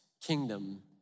kingdom